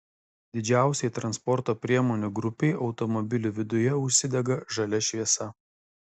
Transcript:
didžiausiai transporto priemonių grupei automobilių viduje užsidega žalia šviesa